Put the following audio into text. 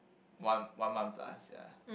one one month plus ya